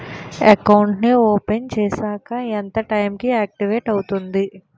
Account నీ open చేశాక ఎంత టైం కి ఆక్టివేట్ అవుతుంది?